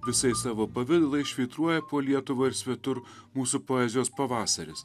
visais savo pavidalais švytruoja po lietuvą ir svetur mūsų poezijos pavasaris